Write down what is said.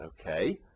Okay